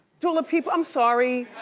dula peep, i'm sorry.